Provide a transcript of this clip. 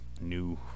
new